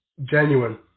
genuine